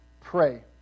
pray